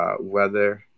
Weather